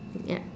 ya